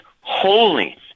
holy